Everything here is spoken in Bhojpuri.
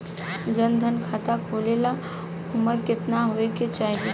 जन धन खाता खोले ला उमर केतना होए के चाही?